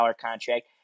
contract